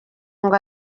ngo